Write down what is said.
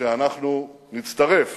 שאנחנו נצטרף